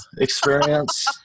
experience